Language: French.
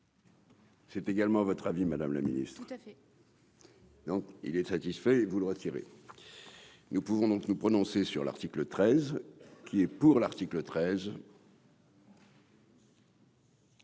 C'est également votre avis, Madame la Ministre. Donc il est satisfait et vous le retirer, nous pouvons donc nous prononcer sur l'article 13 qui est pour l'article 13.